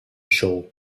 show